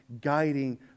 guiding